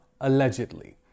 allegedly